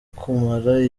kumara